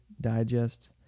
Digest